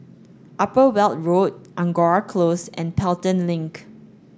Upper Weld Road Angora Close and Pelton Link